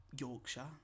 yorkshire